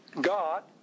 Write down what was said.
God